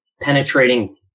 penetrating